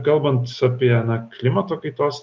kalbant apie na klimato kaitos